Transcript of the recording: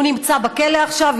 הוא נמצא בכלא עכשיו,